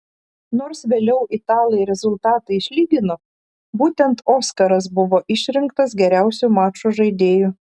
nors vėliau italai rezultatą išlygino būtent oskaras buvo išrinktas geriausiu mačo žaidėju